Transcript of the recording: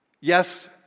Yes